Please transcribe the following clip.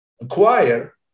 acquire